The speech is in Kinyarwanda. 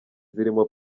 zirimo